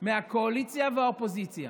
מהקואליציה והאופוזיציה,